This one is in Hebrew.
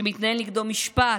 שמתנהל נגדו משפט,